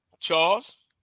Charles